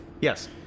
Yes